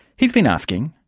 he's been asking,